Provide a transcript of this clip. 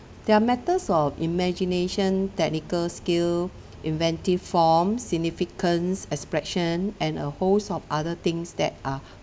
there are matters of imagination technical skill inventive form significance expression and a host of other things that are